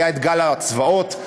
היה גל הצבאות,